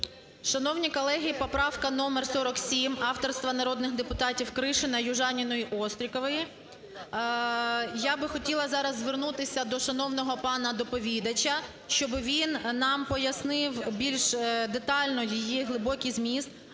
Шановні колеги! Поправка номер 47 авторства народних депутатів Кришина, Южаніної, Острікової. Я би хотіла зараз звернутися до шановного пана доповідача, щоби він нам пояснив більш детально її глибокий зміст.